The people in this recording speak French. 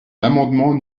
l’amendement